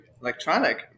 electronic